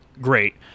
great